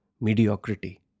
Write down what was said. mediocrity